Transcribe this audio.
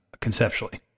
conceptually